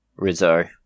Rizzo